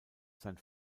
sein